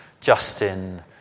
Justin